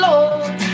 Lord